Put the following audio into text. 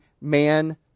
man